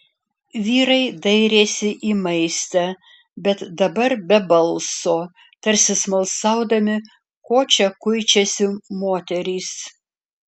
vyrai dairėsi į maistą bet dabar be balso tarsi smalsaudami ko čia kuičiasi moterys